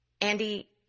Andy